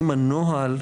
האם הנוהל,